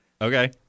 Okay